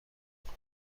بودم